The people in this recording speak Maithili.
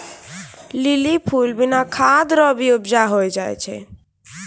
लीली फूल बिना खाद रो भी उपजा होय जाय छै